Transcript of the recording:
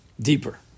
deeper